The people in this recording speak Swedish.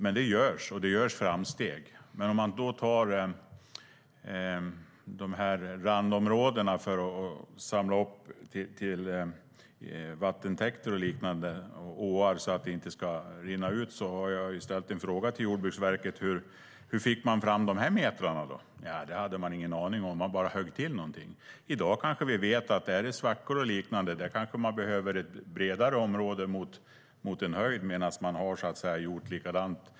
Men det görs, och det görs framsteg. Jag kan nämna de här randområdena för att samla upp till vattentäkter och åar så att det inte ska rinna ut, och jag har ställt en fråga till Jordbruksverket hur man fick fram metrarna. Ja, det hade man ingen aning om - man bara högg till med någonting. I dag vi vet att det i svackor och liknande kanske behövs ett bredare område mot en höjd, men man har gjort likadant.